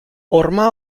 horma